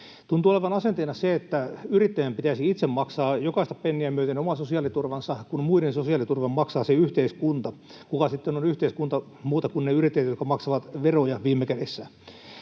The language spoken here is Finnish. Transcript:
Tuntuu olevan asenteena se, että yrittäjän pitäisi itse maksaa jokaista penniä myöten oma sosiaaliturvansa, kun muiden sosiaaliturvan maksaa yhteiskunta — kuka muu sitten on yhteiskunta kuin ne yrittäjät, jotka maksavat veroja, viime kädessä?